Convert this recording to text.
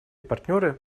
партнеры